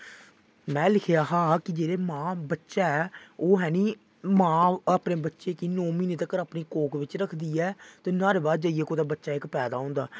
मैं लिखेआ हा कि जेह्ड़े मां बच्चा ऐ ओह् है नी मां अपने बच्चे गी नौ म्हीनें तक्कर अपनी कोख बिच्च रक्खदी ऐ ते नोह्ड़े बाद जाइयै बच्चा इक पैदा होंदा ऐ